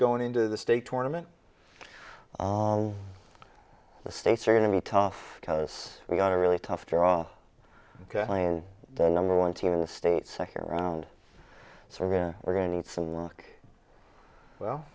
going into the state tournament the states are going to be tough because we've got a really tough draw the number one team in the states second round so we're going to need some work well